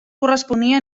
corresponia